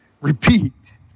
repeat